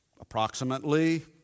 approximately